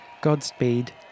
Godspeed